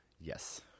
yes